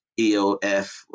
EOF